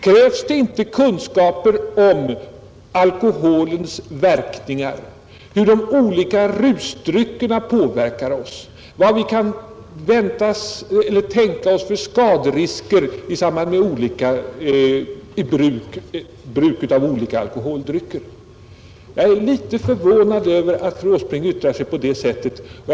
Krävs det inte kunskaper om alkoholens verkningar, hur olika rusdrycker påverkar oss, kunskaper om skaderisker i samband med bruk av olika alkoholdrycker? Jag är, som sagt, litet förvånad över det sätt på vilket fru Åsbrink yttrade sig.